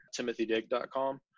TimothyDig.com